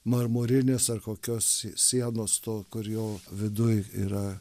marmurinės ar kokios sienos to kur jo viduj yra